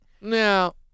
Now